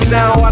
now